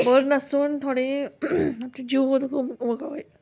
बरी नासून थोडीं आमची जीव बरो वगा वगडा